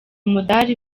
umudari